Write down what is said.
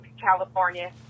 California